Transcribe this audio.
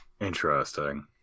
interesting